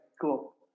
Cool